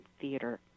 theater